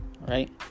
right